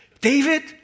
David